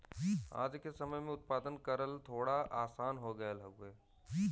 आज के समय में उत्पादन करल थोड़ा आसान हो गयल हउवे